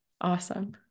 Awesome